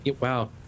Wow